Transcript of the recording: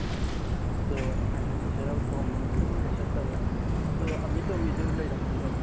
ꯎꯝ ꯑꯗꯣ ꯍꯥꯏꯗꯤ ꯁꯦꯔꯧ ꯊꯣꯡꯗꯨ ꯀꯨꯏꯔꯦ ꯆꯠꯇꯕ ꯑꯗꯣ ꯑꯕꯦꯇꯣꯝꯕꯤꯗꯨ ꯂꯩꯔꯝꯒꯗ꯭ꯔꯣ